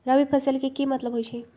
रबी फसल के की मतलब होई छई?